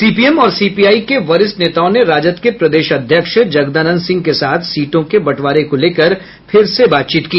CPM और CPI के वरिष्ठ नेताओं ने राजद के प्रदेश अध्यक्ष जगदानंद सिंह के साथ सीटों के बंटवारे को लेकर फिर से बातचीत की